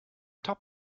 top